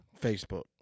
Facebook